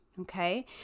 Okay